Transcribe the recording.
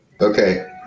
Okay